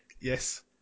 Yes